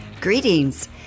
Greetings